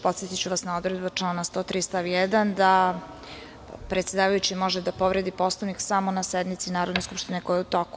Podsetiću vas na odredbe člana 103. stav 1. da predsedavajući može da povredi poslovnik samo na sednici Narodne skupštine koja je u toku.